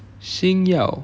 星耀